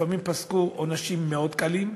לפעמים פסקו עונשים מאוד קלים,